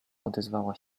odezwała